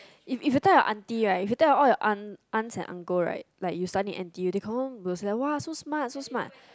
if if you tell your aunty right if you tell all your aunt aunts and uncle right like you study in n_t_u they confirm will say like !wah! so smart so smart